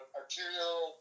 arterial